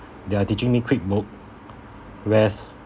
they are teaching me QuickBooks whereas